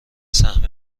سهم